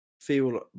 feel